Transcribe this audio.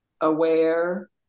aware